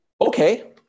Okay